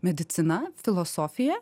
medicina filosofija